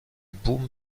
boom